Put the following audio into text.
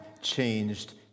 changed